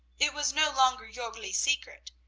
it was no longer jorgli's secret.